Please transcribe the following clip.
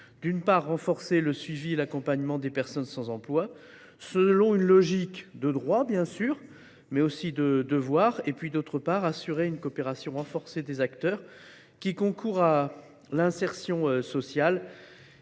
de renforcer le suivi et l’accompagnement des personnes sans emploi selon une logique de droits, mais aussi de devoirs. D’autre part, il s’agit d’assurer une coopération renforcée des acteurs qui concourent à l’insertion sociale